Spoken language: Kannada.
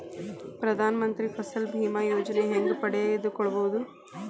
ಪ್ರಧಾನ ಮಂತ್ರಿ ಫಸಲ್ ಭೇಮಾ ಯೋಜನೆ ಹೆಂಗೆ ಪಡೆದುಕೊಳ್ಳುವುದು?